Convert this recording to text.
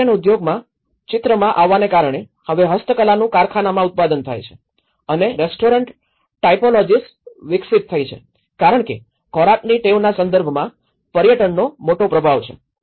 પર્યટન ઉદ્યોગ ચિત્રમાં આવવાને કારણે હવે હસ્તકલાનું કારખાનામાં ઉત્પાદન થાય છે અને રેસ્ટોરન્ટ ટાઇપોલોજિસ વિકસિત થઈ છે કારણ કે ખોરાકની ટેવના સંદર્ભમાં પર્યટનનો મોટો પ્રભાવ છે